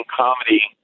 comedy